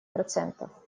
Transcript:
процентов